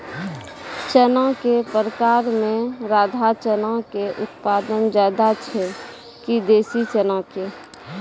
चना के प्रकार मे राधा चना के उत्पादन ज्यादा छै कि देसी चना के?